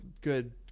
good